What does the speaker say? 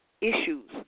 issues